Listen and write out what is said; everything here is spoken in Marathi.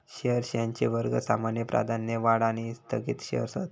शेअर्स यांचे वर्ग सामान्य, प्राधान्य, वाढ आणि स्थगित शेअर्स हत